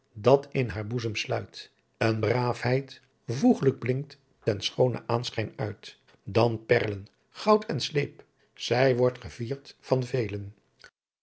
datz in haar boezem sluit een braafheidt voeghlyk blinkt ten schoonen aanschijn uit dan perlen goudt en sleep zy wordt gevierd van veelen